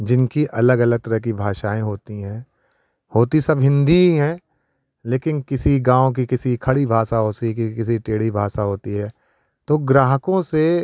जिनकी अलग अलग तरह की भाषाएँ होती हैं होती सब हिन्दी ही हैं लेकिन किसी गाँव की किसी की खड़ी भाषा होती किसी कि टेढ़ी भाषा होती है तो ग्राहकों से